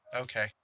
Okay